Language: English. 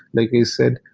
like i said,